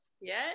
Yes